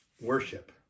worship